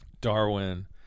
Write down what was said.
Darwin